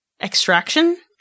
extraction